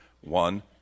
One